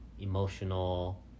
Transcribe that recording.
emotional